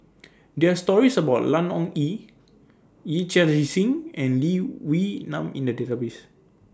There Are stories about Ian Ong Li Yee Chia Hsing and Lee Wee Nam in The Database